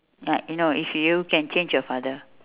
like you know if you can change your father